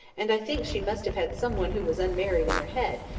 and i think she must have had someone who was unmarried in her head,